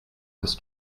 this